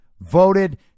voted